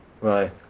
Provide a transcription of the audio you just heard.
Right